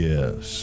Yes